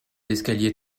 l’escalier